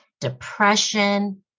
depression